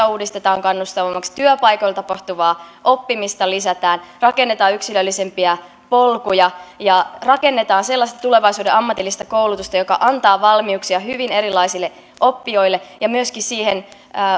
uudistetaan kannustavammaksi työpaikoilla tapahtuvaa oppimista lisätään rakennetaan yksilöllisempiä polkuja ja rakennetaan sellaista tulevaisuuden ammatillista koulutusta joka antaa valmiuksia hyvin erilaisille oppijoille ja myöskin siihen